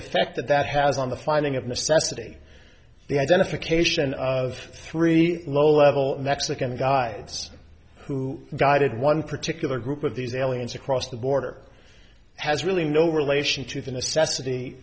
effect that that has on the finding of necessity the identification of three low level mexican i was who guided one particular group of these aliens across the border has really no relation to the necessity